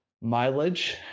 mileage